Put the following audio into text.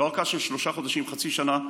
ולא ארכה של שלושה חודשים עד חצי שנה,